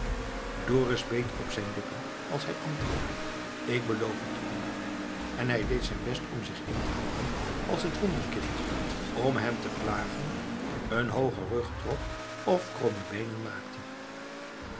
dorus beet op zijn lippen als hij antwoordde k beloof het u en hij deed zijn best om zich in te houden als het wonderkind om hem te plagen een hoogen rug trok of kromme beenen maakte